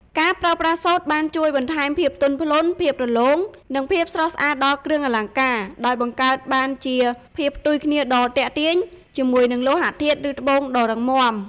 ការប្រើប្រាស់សូត្របានជួយបន្ថែមភាពទន់ភ្លន់ ភាពរលោង និងភាពស្រស់ស្អាតដល់គ្រឿងអលង្ការ ដោយបង្កើតបានជាភាពផ្ទុយគ្នាដ៏ទាក់ទាញជាមួយនឹងលោហៈធាតុ ឬត្បូងដ៏រឹងមាំ។